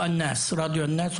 או רדיו אל נאס,